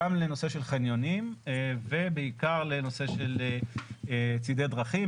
גם לנושא של חניונים ובעיקר לנושא של צידי דרכים,